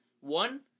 one